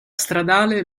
stradale